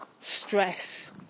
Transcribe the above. stress